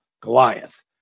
Goliath